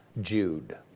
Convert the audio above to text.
Jude